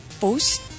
post